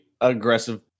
aggressive